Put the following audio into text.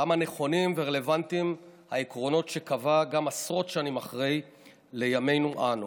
כמה נכונים ורלוונטיים העקרונות שקבע גם לימינו אנו,